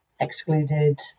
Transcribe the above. excluded